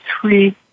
three